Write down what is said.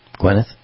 Gwyneth